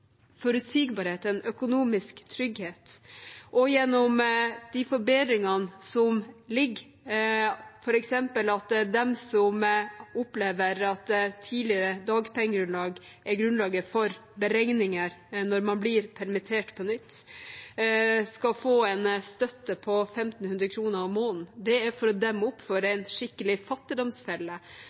økonomisk trygghet – og gjennom de forbedringene som ligger, f.eks. at de som opplever at det tidligere dagpengegrunnlaget er grunnlag for beregningen når man blir permittert på nytt, skal få en støtte på 1 500 kr i måneden. Det er for å demme opp for en skikkelig fattigdomsfelle